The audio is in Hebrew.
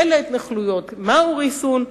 אילו התנחלויות, מהו ריסון?